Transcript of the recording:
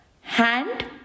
hand